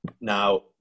Now